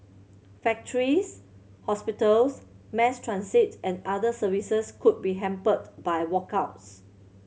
factories hospitals mass transit and other services could be hampered by walkouts